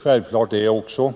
Självklart är också